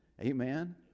Amen